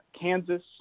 Kansas